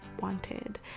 wanted